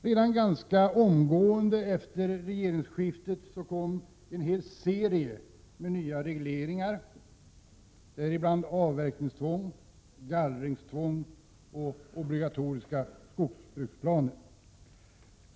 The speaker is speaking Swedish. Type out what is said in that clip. Redan ganska omgående efter regeringsskiftet kom en hel serie nya regleringar, däribland avverkningstvång, gallringstvång och obligatoriska skogsbruksplaner.